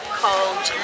called